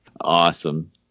awesome